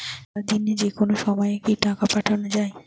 সারাদিনে যেকোনো সময় কি টাকা পাঠানো য়ায়?